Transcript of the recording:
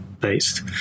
based